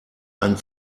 ein